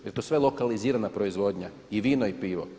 Jer to je sve lokalizirana proizvodnja, i vino i pivo.